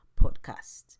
podcast